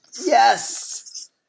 Yes